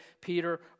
Peter